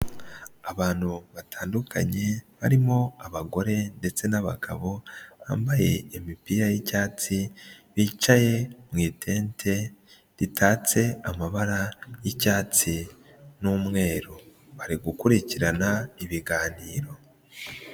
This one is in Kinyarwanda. Abantu batandukanye, barimo abagore ndetse n'abagabo, bambaye imipira y'icyatsi, bicaye mu itente ritatse amabara y'icyatsi n'umweru, bari gukurikirana ibiganiro.